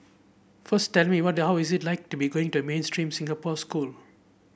first tell me what how it is like to be going to a mainstream Singapore school